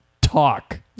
talk